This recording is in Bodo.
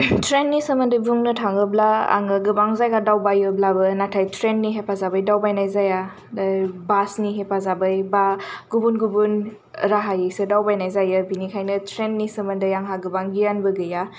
ट्रेननि सोमोन्दै बुंनो थाङोब्ला आङो गोबां जायगा दावबायोब्लाबो नाथाय ट्रेननि हेफाजाबै दावबायनाय जाया आरो बासनि हेफाजाबै बा गुबुन गुबुन राहायैसो दावबायनाय जायो बेनिखायनो ट्रेननि सोमोन्दै आंहा गोबां गियानबो गैया